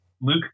Luke